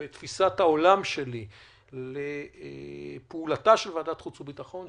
בתפיסת העולם שלי לפעולתה של ועדת החוץ והביטחון.